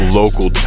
local